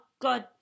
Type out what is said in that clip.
good